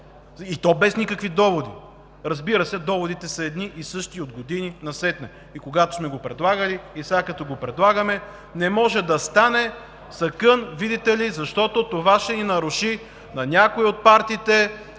И то без никакви доводи. Разбира се, доводите са едни и същи от години насетне. И когато сме го предлагали, и сега, като го предлагаме, не може да стане, сакън, видите ли, защото това ще наруши на някои от партиите